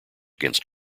against